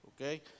Okay